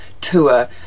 tour